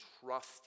trust